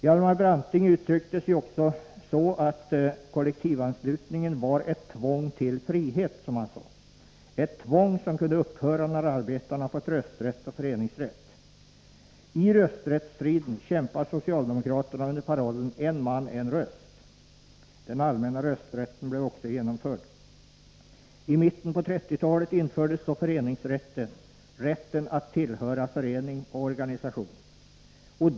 Hjalmar Branting uttryckte frågan så, att kollektivanslutningen var ett tvång till frihet, ett tvång som kunde upphöra när arbetarna fått rösträtt och föreningsrätt. I mitten av 1930-talet infördes så föreningsrätten, rätten att tillhöra förening och organisation.